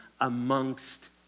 amongst